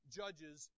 judges